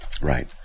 Right